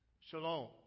Shalom